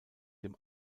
dem